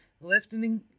lifting